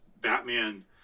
Batman